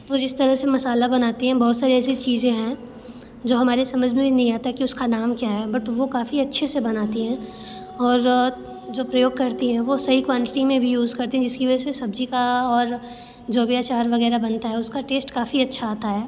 वो जिस तरह से मसाला बनाती हैं बहुत सारी ऐसी चीज़ें हैं जो हमारी समझ में ही नहीं आता है कि उसका नाम क्या है बट वो काफ़ी अच्छे से बनाती हैं और जो प्रयोग करती हैं वो सही क्वांटिटी में भी यूज़ करती हैं जिसकी वजह से सब्ज़ी का और जो भी अचार वग़ैरह बनता है उसका टेस्ट काफ़ी अच्छा आता है